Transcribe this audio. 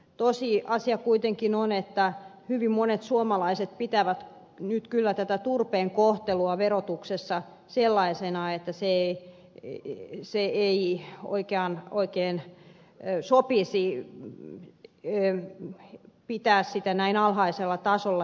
tosiasia kuitenkin on että hyvin monet suomalaiset pitävät nyt kyllä tätä turpeen kohtelua verotuksessa sellaisena että ei oikein sopisi pitää sitä näin alhaisella tasolla